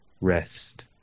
rest